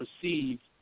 perceived